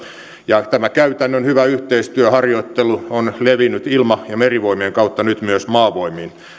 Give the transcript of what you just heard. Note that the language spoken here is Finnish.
ja tämä käytännön hyvä yhteistyö harjoittelu on levinnyt ilma ja merivoimien kautta nyt myös maavoimiin